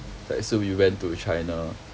like so we went to china